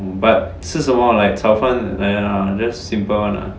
but 吃什么 like 炒饭 err just simple lah